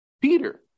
Peter